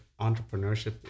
entrepreneurship